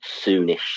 soonish